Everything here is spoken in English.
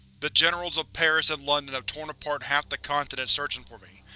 the generals of paris and london have torn apart half the continent searching for me,